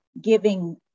giving